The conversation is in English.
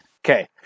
Okay